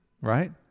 right